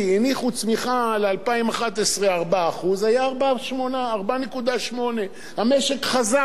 הניחו צמיחה ל-2011, 4%, היה 4.8%. המשק חזק